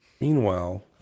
meanwhile